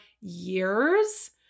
years